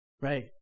right